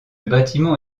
bâtiment